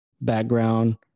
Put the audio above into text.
background